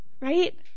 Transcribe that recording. Right